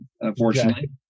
Unfortunately